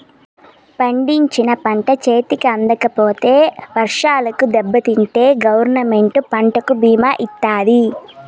పండించిన పంట చేతికి అందకపోతే వర్షాలకు దెబ్బతింటే గవర్నమెంట్ పంటకు భీమా ఇత్తాది